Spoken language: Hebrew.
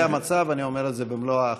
זה המצב, אני אומר את זה במלוא האחריות.